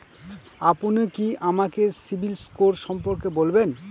আপনি কি আমাকে সিবিল স্কোর সম্পর্কে বলবেন?